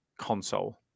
console